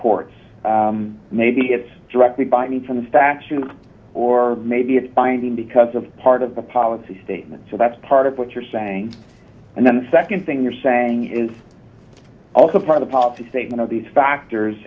court maybe it's directly by me from the statute or maybe it's binding because of part of the policy statement so that's part of what you're saying and then the second thing you're saying is also for the policy statement of these factors